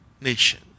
nation